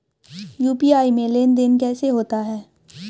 UPI में लेनदेन कैसे होता है?